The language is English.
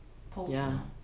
post you know